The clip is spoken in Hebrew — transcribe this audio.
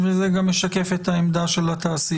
זה גם משקף את העמדה של התעשייה.